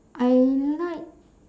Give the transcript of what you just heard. I like